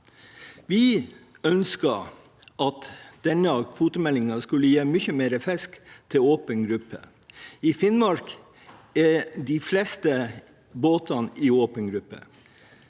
Vi ønsket at denne kvotemeldingen skulle gi mye mer fisk til åpen gruppe. I Finnmark er de fleste båtene i åpen gruppe.